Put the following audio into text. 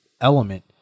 element